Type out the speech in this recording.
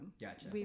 Gotcha